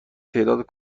تعداد